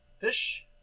Fish